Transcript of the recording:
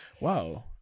Wow